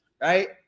right